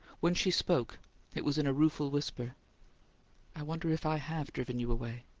when she spoke it was in a rueful whisper i wonder if i have driven you away?